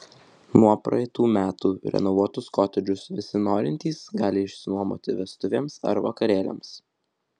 nuo praeitų metų renovuotus kotedžus visi norintys gali išsinuomoti vestuvėms ar vakarėliams